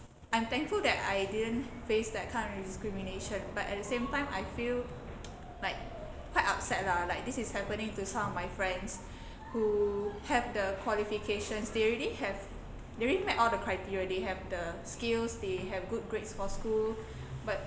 I'm thankful that I didn't face that kind of discrimination but at the same time I feel like quite upset lah like this is happening to some of my friends who have the qualifications they already have they already met all the criteria they have the skills they have good grades for school but